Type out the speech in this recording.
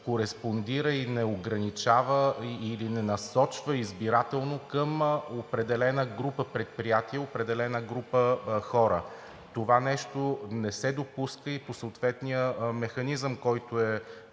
кореспондира и не ограничава или не насочва избирателно към определена група предприятия определена група хора. Това не се допуска и по съответния механизъм, който е